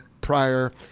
prior